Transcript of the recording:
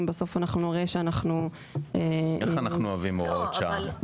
אם בסוף אנחנו נראה שאנחנו --- איך אנחנו אוהבים הוראות שעה.